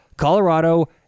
Colorado